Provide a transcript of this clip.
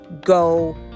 go